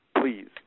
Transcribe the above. please